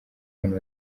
abantu